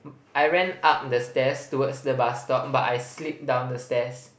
mm I ran up the stairs towards the bus stop but I slip down the stairs